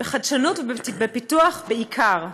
בחדשנות ובפיתוח בעיקר.